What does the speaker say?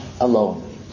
alone